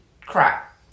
crap